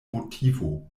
motivo